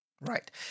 Right